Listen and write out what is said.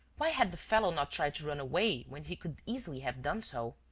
why had the fellow not tried to run away when he could easily have done so?